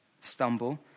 stumble